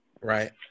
right